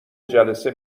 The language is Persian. جلسه